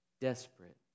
Desperate